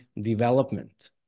development